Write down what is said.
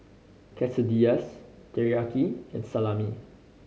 Quesadillas Teriyaki and Salami